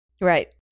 Right